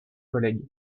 collègues